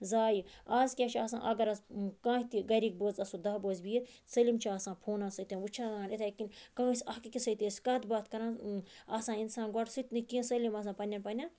ضایہِ آز کیاہ چھُ آسان اَگَر آز کانٛہہ تہِ گَرٕکۍ بٲژ آسو داہہ بٲژ بِہِتھ سٲلِم چھِ آسان فونَن سۭتۍ وٕچھان یِتھے کَنۍ کٲنٛسہِ اکھ أکِس سۭتۍ ٲسۍ کتھ باتھ کَران آسان اِنسان گۄڈٕ سُہ تہِ نہٕ کینٛہہ سٲلِم آسان پَننٮ۪ن پَننٮ۪ن